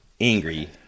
angry